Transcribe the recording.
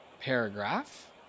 paragraph